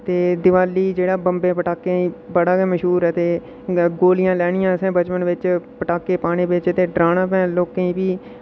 ते दिवाली जेह्ड़ा बम्बें पटाकें ई बड़ा गै मश्हूर ते गोलियां लैनियां ते असें बचपन बिच्च ते पटाकें पाने बिच्च ते डराना भैं लोकें फ्ही